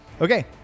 Okay